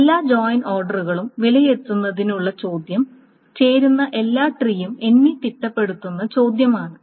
എല്ലാ ജോയിൻ ഓർഡറുകളും വിലയിരുത്തുന്നതിനുള്ള ചോദ്യം ചേരുന്ന എല്ലാ ട്രീയും എണ്ണി തിട്ടപ്പെടുത്തുന്ന ചോദ്യമാണ്